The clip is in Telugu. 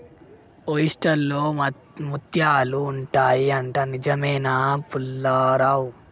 ఓయెస్టర్ లో ముత్యాలు ఉంటాయి అంట, నిజమేనా పుల్లారావ్